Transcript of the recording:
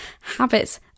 habits